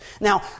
Now